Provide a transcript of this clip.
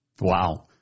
Wow